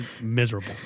miserable